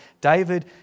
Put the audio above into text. David